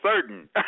certain